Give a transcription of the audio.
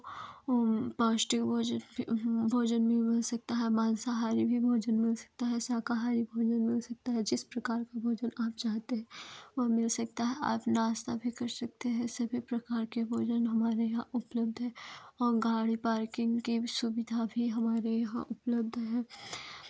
और पौष्टिक भोजन भी भोजन भी मिल सकता है मांसाहारी भी भोजन मिल सकता है शाकाहारी भी भोजन मिल सकता है जिस प्रकार का भोजन आप चाहते हैं वह मिल सकता है आप नाश्ता भी कर सकते हैं सभी प्रकार के भोजन हमारे यहाँ उपलब्ध हैं और गाड़ी पार्किंग की सुविधा भी हमारे यहाँ उपलब्ध है